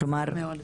עלוב מאוד.